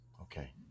Okay